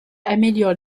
améliorent